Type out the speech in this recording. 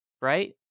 right